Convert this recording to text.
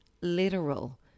literal